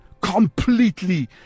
completely